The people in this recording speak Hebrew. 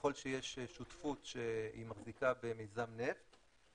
ככל שיש שותפות שהיא מחזיקה במיזם נפט